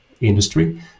industry